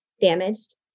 damaged